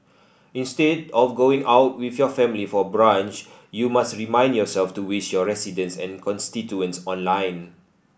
instead of going out with your family for brunch you must remind yourself to wish your residents and constituents online